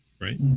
right